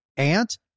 aunt